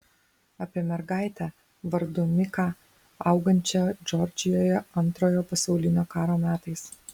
apie mergaitę vardu miką augančią džordžijoje antrojo pasaulinio karo metais